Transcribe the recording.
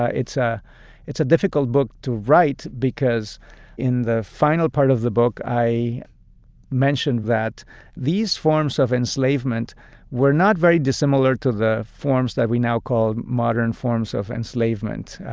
ah it's ah it's a difficult book to write because in the final part of the book i mentioned that these forms of enslavement were not very dissimilar to the forms that we now call modern forms of enslavement.